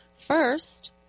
First